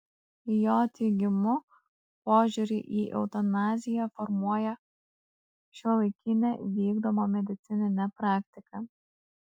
jo teigimu požiūrį į eutanaziją formuoja šiuolaikinė vykdoma medicininė praktika